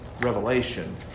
revelation